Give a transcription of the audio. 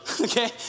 okay